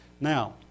Now